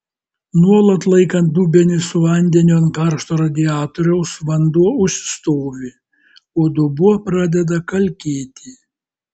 nuolat laikant dubenį su vandeniu ant karšto radiatoriaus vanduo užsistovi o dubuo pradeda kalkėti